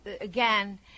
again